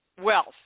Wealth